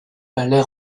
palais